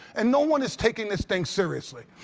and no one is taking this thing seriously.